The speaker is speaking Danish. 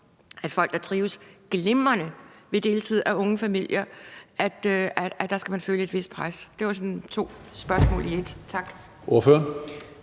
at folk, der trives glimrende med deltid, er unge familier, som vil føle et vist pres. Det var sådan to spørgsmål i et. Tak.